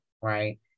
right